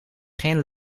geen